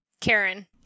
Karen